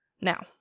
Now